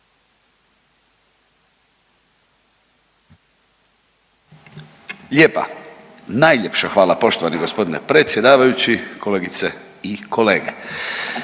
Lijepa, najljepša hvala poštovani g. predsjedavajući, kolegice i kolege.